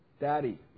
Daddy